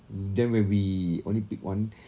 then when we only pick one